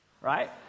Right